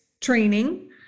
training